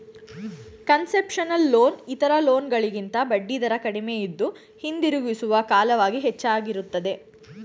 concessional loan ಇತರ loan ಗಳಿಗಿಂತ ಬಡ್ಡಿದರ ಕಡಿಮೆಯಿದ್ದು, ಹಿಂದಿರುಗಿಸುವ ಕಾಲವಾಗಿ ಹೆಚ್ಚಾಗಿರುತ್ತದೆ